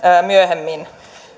myöhemmin